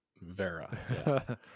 Vera